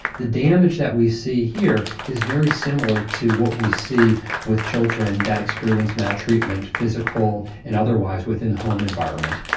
the damage that we see here is very similar to what we see with children that experience maltreatment, physical and otherwise, within the home environment.